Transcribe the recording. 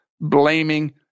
blaming